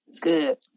good